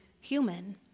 human